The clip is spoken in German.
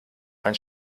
mein